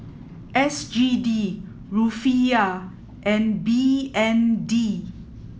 S G D Rufiyaa and B N D